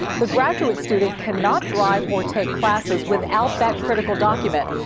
the graduate student cannot drive or take classes without that critical document.